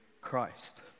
Christ